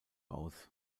aus